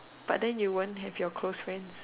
but than you won't have your close friends